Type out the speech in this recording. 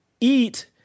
eat